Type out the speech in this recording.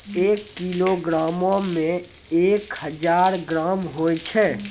एक किलोग्रामो मे एक हजार ग्राम होय छै